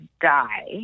die